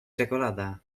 czekolada